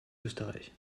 österreich